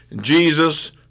Jesus